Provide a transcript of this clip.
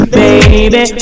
baby